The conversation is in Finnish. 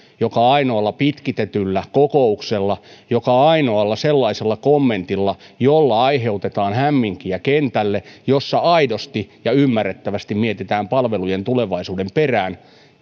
joka ainoalla pitkitetyllä kokouksella joka ainoalla sellaisella kommentilla jolla aiheutetaan hämminkiä kentälle jossa aidosti ja ymmärrettävästi mietitään palvelujen tulevaisuuden perään